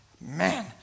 man